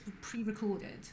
pre-recorded